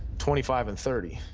twenty five and thirty.